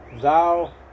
Thou